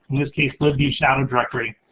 in this case, libvshadow directory,